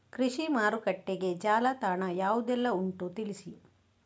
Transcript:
ಕೃಷಿ ಮಾರುಕಟ್ಟೆಗೆ ಜಾಲತಾಣ ಯಾವುದೆಲ್ಲ ಉಂಟು ತಿಳಿಸಿ